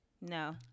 no